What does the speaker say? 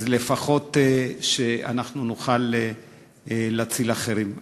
אז לפחות שנוכל להציל אחרים.